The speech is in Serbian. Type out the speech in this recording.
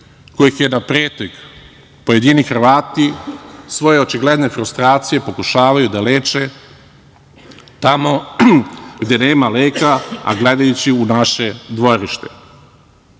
kojih je na pretek, pojedini Hrvati svoje očigledne frustracije pokušavaju da leče tamo gde nema leka, a gledajući u naše dvorište.